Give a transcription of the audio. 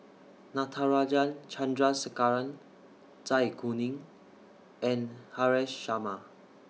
Natarajan Chandrasekaran Zai Kuning and Haresh Sharma